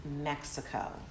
Mexico